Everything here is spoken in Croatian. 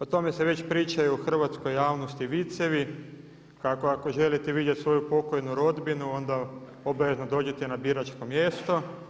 O tome se već priča i u hrvatskoj javnosti vicevi, ako želite vidjeti svoju pokojnu rodbinu onda obavezno dođite na biračko mjesto.